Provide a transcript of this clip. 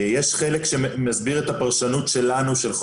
יש חלק שמסביר את הפרשנות שלנו,